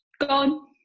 gone